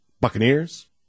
Buccaneers